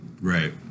Right